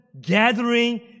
gathering